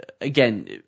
again